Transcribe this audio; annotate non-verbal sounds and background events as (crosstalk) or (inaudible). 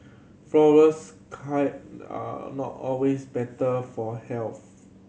flourless (unintelligible) are not always better for health